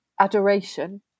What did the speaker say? adoration